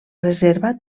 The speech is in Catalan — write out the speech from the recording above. reserva